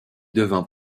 devient